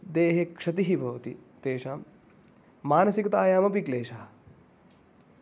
देहे क्षतिः भवति तेषां मानसिकतायामपि क्लेशः